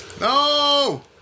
No